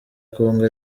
congo